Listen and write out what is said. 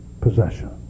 possession